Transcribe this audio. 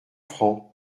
francs